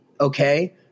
okay